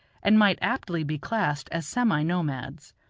and might aptly be classed as semi-nomads.